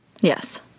Yes